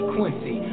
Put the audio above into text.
Quincy